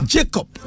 Jacob